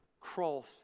Cross